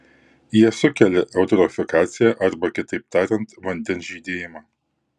jie sukelia eutrofikaciją arba kitaip tariant vandens žydėjimą